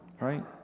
right